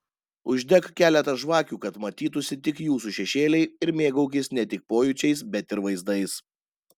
uždek keletą žvakių kad matytųsi tik jūsų šešėliai ir mėgaukis ne tik pojūčiais bet ir vaizdais